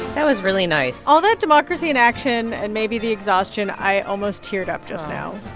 that was really nice all that democracy in action and maybe the exhaustion i almost teared up just now.